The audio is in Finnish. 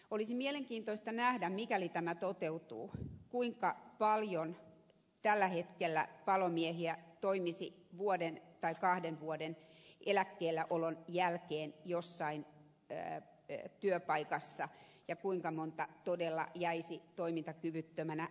olisi mielenkiintoista nähdä mikäli tämä toteutuu kuinka paljon tämänhetkisiä palomiehiä toimisi vuoden tai kahden vuoden eläkkeelläolon jälkeen jossain työpaikassa ja kuinka monta todella jäisi toimintakyvyttömänä eläkkeelle